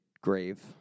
grave